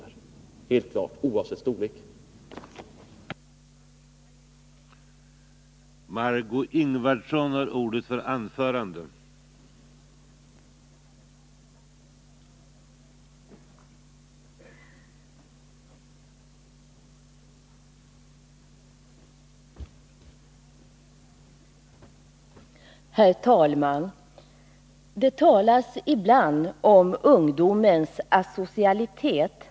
Det är helt klart — oavsett ett partis storlek.